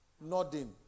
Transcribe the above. nodding